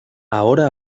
ahora